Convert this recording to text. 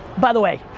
by the way,